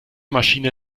maschine